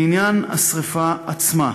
לעניין השרפה עצמה,